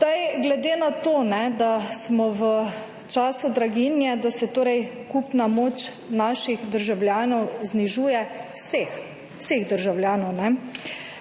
glede na to, da smo v času draginje, da se torej kupna moč naših državljanov znižuje, vseh državljanov,